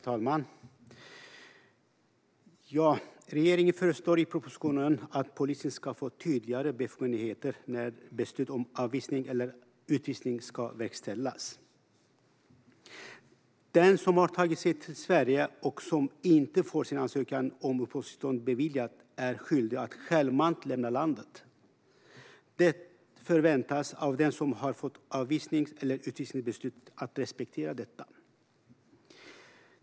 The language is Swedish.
Herr talman! Regeringen föreslår i propositionen att polisen ska få tydligare befogenheter när beslut om avvisning eller utvisning ska verkställas. Den som har tagit sig till Sverige och som inte får sin ansökan om uppehållstillstånd beviljad är skyldig att självmant lämna landet. Det förväntas att den som har fått ett avvisnings eller utvisningsbeslut respekterar detta.